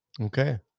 okay